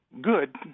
good